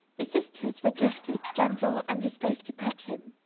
his sisters were gifted, gentle and disposed to pet him.